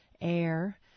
air